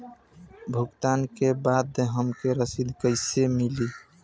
भुगतान के बाद हमके रसीद कईसे मिली?